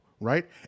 right